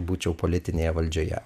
būčiau politinėje valdžioje